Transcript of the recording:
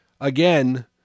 again